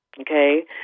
okay